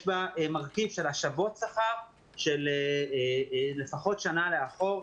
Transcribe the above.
יש בה מרכיב של השבות שכר לפחות שנה לאחור,